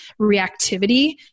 reactivity